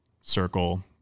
circle